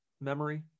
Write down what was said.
memory